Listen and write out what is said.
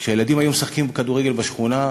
כשהילדים היו משחקים כדורגל בשכונה,